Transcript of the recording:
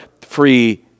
free